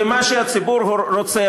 ומה שהציבור רוצה,